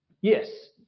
Yes